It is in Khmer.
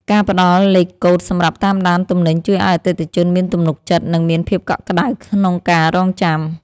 ការផ្តល់លេខកូដសម្រាប់តាមដានទំនិញជួយឱ្យអតិថិជនមានទំនុកចិត្ត និងមានភាពកក់ក្តៅក្នុងការរង់ចាំ។